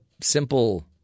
simple